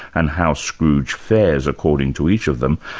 and how scrooge fares according to each of them,